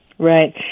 Right